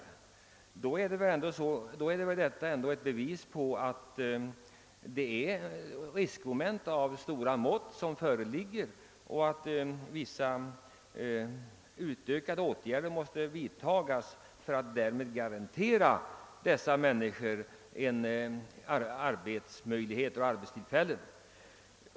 Detta är väl ett bevis på att ett riskmoment av stora mått föreligger och att det behövs ytterligare åtgärder i syfte att garantera dessa människor arbete och trygghet.